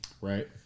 right